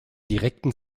direkten